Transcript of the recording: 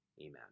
Amen